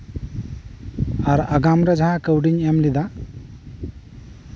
ᱟᱨ ᱟᱜᱟᱢᱨᱮ ᱡᱟᱦᱟᱸ ᱠᱟᱹᱣᱰᱤᱧ ᱮᱢ ᱞᱮᱫᱟ